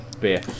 Beer